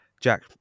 Jack